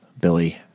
Billy